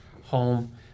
home